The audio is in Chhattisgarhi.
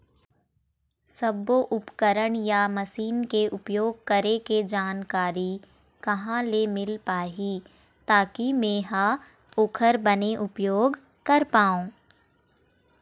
सब्बो उपकरण या मशीन के उपयोग करें के जानकारी कहा ले मील पाही ताकि मे हा ओकर बने उपयोग कर पाओ?